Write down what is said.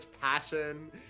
passion